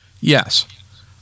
Yes